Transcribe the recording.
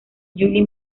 julie